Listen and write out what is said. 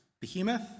behemoth